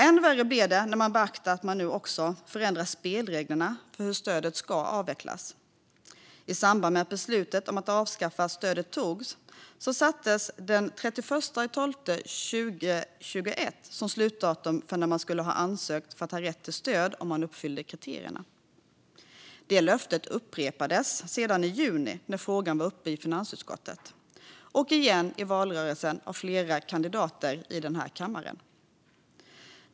Än värre blir det när man beaktar att spelreglerna för hur stödet ska avvecklas nu förändras. I samband med att det togs beslut om att avskaffa stödet sattes den 31 december 2021 som slutdatum för när man skulle ha ansökt för att ha rätt till stöd om man uppfyllde kriterierna. Detta löfte upprepades sedan i juni när frågan var uppe i finansutskottet och återigen i valrörelsen av flera kandidater i den här kammaren.